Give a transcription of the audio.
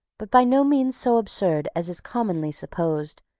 but by no means so absurd as is commonly supposed,